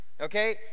okay